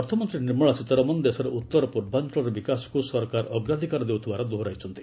ଅର୍ଥମନ୍ତ୍ରୀ ନିର୍ମଳା ସୀତାରମଣ ଦେଶର ଉତ୍ତର ପୂର୍ବାଞ୍ଚଳର ବିକାଶକୁ ସରକାର ଅଗ୍ରାଧିକାର ଦେଉଥିବାର ଦୋହରାଇଛନ୍ତି